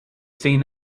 seen